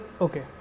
okay